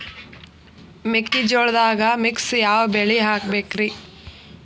ಮೆಕ್ಕಿಜೋಳದಾಗಾ ಮಿಕ್ಸ್ ಯಾವ ಬೆಳಿ ಹಾಕಬೇಕ್ರಿ?